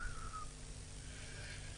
ומה שנשאר לעיתונות זה חלק קטן מאוד,